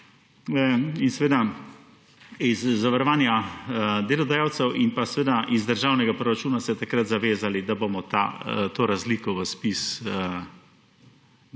in seveda iz zavarovanja delodajalcev in pa seveda iz državnega proračuna se takrat zavezali, da bomo to razliko v ZPIZ dajali?